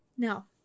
Now